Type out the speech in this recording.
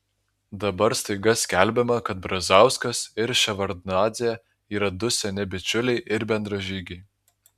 dabar staiga skelbiama kad brazauskas ir ševardnadzė yra du seni bičiuliai ir bendražygiai